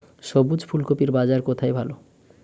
সবুজ ফুলকপির বাজার কোথায় ভালো?